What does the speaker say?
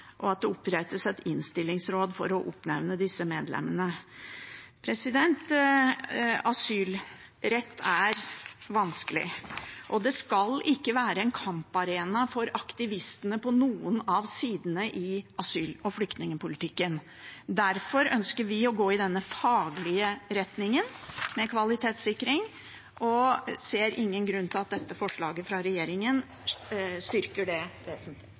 og om at det opprettes et innstillingsråd for å oppnevne disse medlemmene. Asylrett er vanskelig. Det skal ikke være en kamparena for aktivistene på noen av sidene i asyl- og flyktningpolitikken. Derfor ønsker vi å gå i denne faglige retningen med kvalitetssikring og ser ikke at dette forslaget fra regjeringen styrker det vesentlig.